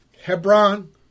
Hebron